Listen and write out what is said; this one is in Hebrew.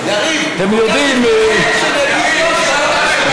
התשובה היא כן, אבל עם חוקה.